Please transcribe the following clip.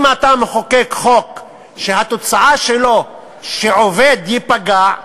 אם אתה מחוקק חוק שהתוצאה שלו היא שהעובד ייפגע,